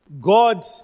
God